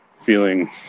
feeling